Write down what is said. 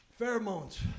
Pheromones